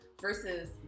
Versus